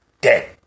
dead